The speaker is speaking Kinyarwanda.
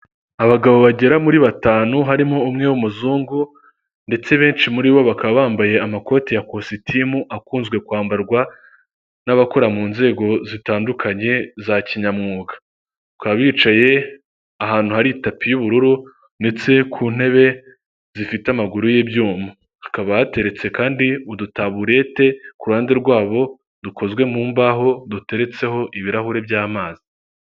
Abagabo bagera muri batanu harimo umwe w'umuzungu ndetse benshi muri bo bakaba bambaye amakoti ya kositimu akunzwe kwambarwa n'abakora mu nzego zitandukanye za kinyamwuga, bakaba bicaye ahantu hari tapi y'ubururu ndetse ku ntebe zifite amaguru y'ibyuma, hakaba hateretse kandi udutaburete ku ruhande rwabo dukozwe mu mbaho duteretseho ibirahure by'amazi.